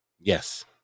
Yes